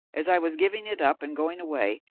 as i was giving it up and going away,